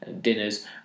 dinners